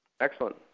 Excellent